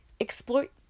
exploit